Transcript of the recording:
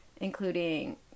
including